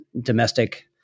domestic